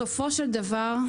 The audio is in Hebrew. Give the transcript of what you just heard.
בסופו של דבר,